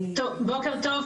בוקר טוב.